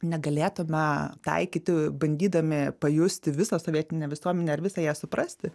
negalėtume taikyti bandydami pajusti visą sovietinę visuomenę ar visą ją suprasti